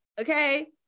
okay